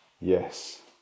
yes